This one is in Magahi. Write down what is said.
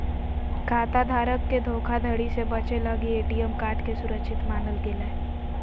खाता धारक के धोखाधड़ी से बचे लगी ए.टी.एम कार्ड के सुरक्षित मानल गेलय